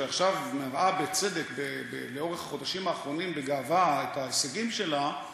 שעכשיו מראה בצדק לאורך החודשים האחרונים בגאווה את ההישגים שלה,